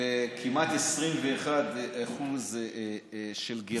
בכמעט 21% של גירעון.